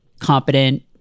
competent